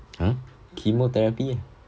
!huh! chemotherapy ah